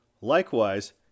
Likewise